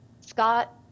Scott